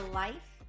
life